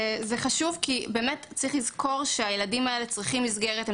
זה חשוב כי צריך לזכור שהילדים האלה צריכים מסגרת,